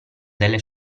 delle